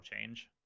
change